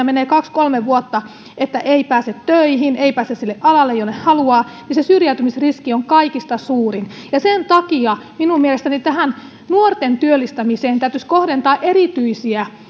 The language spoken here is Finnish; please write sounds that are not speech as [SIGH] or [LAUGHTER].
[UNINTELLIGIBLE] menee kaksi kolme vuotta että ei pääse töihin ja ei pääse sille alalle jolle haluaa niin se syrjäytymisriski on kaikista suurin sen takia minun mielestäni nuorten työllistämiseen täytyisi kohdentaa erityisiä